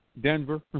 Denver